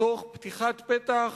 תוך פתיחת פתח